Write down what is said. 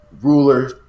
ruler